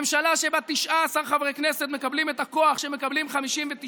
ממשלה שבה 19 חברי כנסת מקבלים את הכוח שמקבלים 59,